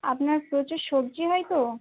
আপনার প্রচুর সবজি হয় তো